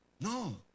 No